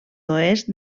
oest